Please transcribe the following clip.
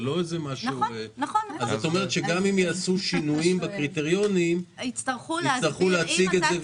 כלומר גם אם יעשו שינויים בקריטריונים יצטרכו להציג אותם ולהסביר.